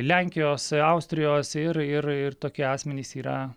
lenkijos austrijos ir ir ir tokie asmenys yra